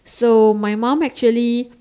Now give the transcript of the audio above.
so my mom actually